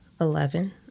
Eleven